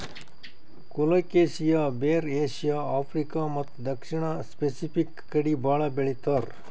colocasia ಬೇರ್ Asia, Africa ಮತ್ತ್ ದಕ್ಷಿಣ್ ಸ್ಪೆಸಿಫಿಕ್ ಕಡಿ ಭಾಳ್ ಬೆಳಿತಾರ್